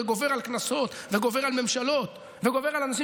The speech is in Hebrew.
וגובר על קנסות וגובר על ממשלות וגובר על אנשים